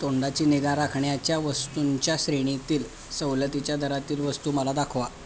तोंडाची निगा राखण्याच्या वस्तूंच्या श्रेणीतील सवलतीच्या दरातील वस्तू मला दाखवा